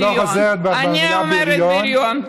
אם את לא חוזרת בך, אני אומרת "בריון".